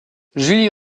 julie